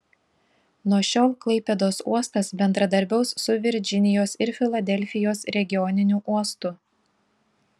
nuo šiol klaipėdos uostas bendradarbiaus su virdžinijos ir filadelfijos regioniniu uostu